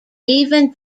even